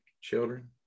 children